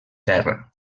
terra